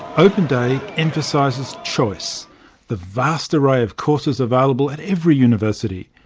open day emphasises choice the vast array of courses available at every university.